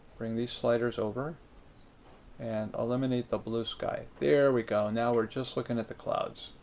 bring these sliders over and eliminate the blue sky. there we go. now we're just looking at the clouds.